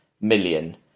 million